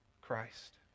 Christ